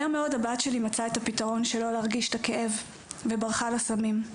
מהר מאוד הבת שלי מצאה את הפתרון של לא להרגיש את הכאב וברחה לסמים.